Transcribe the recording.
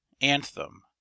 Anthem